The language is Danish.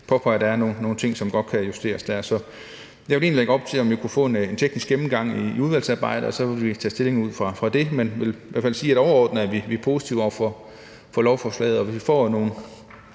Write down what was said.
påpeger, at der er nogle ting, som godt kan justeres. Så jeg vil egentlig lægge op til, om vi kunne få en teknisk gennemgang i udvalgsarbejdet, og så vil vi tage stilling ud fra det. Men jeg vil da i hvert fald sige, at overordnet er vi positive over for lovforslaget, og får vi nogle